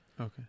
Okay